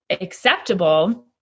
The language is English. acceptable